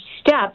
steps